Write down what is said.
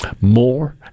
More